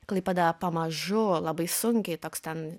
klaipėda pamažu labai sunkiai toks ten